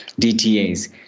DTAs